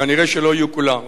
כנראה לא יהיו כולם.